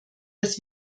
dass